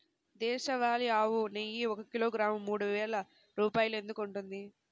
దేశవాళీ ఆవు నెయ్యి ఒక కిలోగ్రాము మూడు వేలు రూపాయలు ఎందుకు ఉంటుంది?